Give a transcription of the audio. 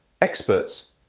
Experts